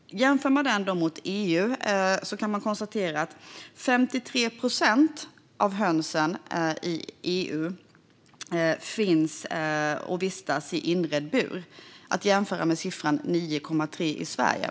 Jämför man den med EU kan man konstatera att 53 procent av hönsen i EU finns och vistas i inredd bur, att jämföra med 9,3 procent i Sverige.